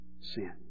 sin